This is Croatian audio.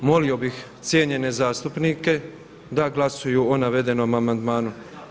Molio bih cijenjene zastupnike da glasuju o navedenom amandmanu.